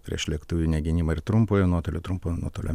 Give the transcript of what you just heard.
priešlėktuvinė gynyba ir trumpojo nuotolio trumpojo nuotolio